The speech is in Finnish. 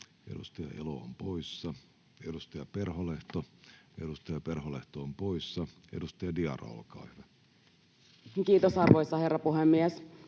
edustaja Elo poissa, edustaja Perholehto poissa. — Edustaja Diarra, olkaa hyvä. Kiitos, arvoisa herra puhemies!